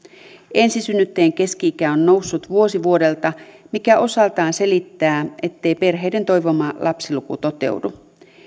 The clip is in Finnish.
ensisynnyttäjien keski ikä on noussut vuosi vuodelta mikä osaltaan selittää ettei perheiden toivoma lapsiluku toteudu